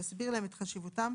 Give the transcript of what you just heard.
תסביר להם את חשיבותם,